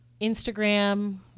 Instagram